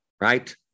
right